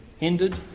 ended